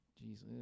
Jesus